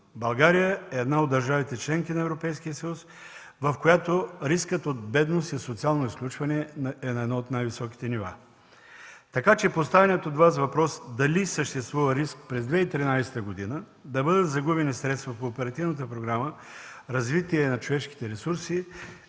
България е една от държавите – членки на Европейския съюз, в която рискът от бедност и социално изключване е на едно от най-високите нива, така че поставеният от Вас въпрос дали съществува риск през 2013 г. да бъдат загубени средства по Оперативната програма „Развитие на човешките ресурси”